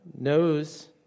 knows